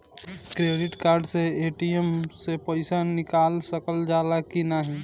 Credit card से ATM से पइसा निकाल सकल जाला की नाहीं?